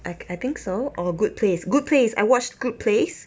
I I think so or good place good place I watched good place